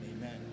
Amen